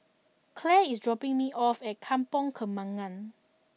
Claire is dropping me off at Kampong Kembangan